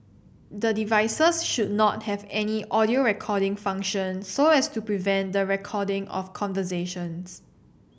the devices should not have any audio recording function so as to prevent the recording of conversations